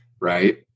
right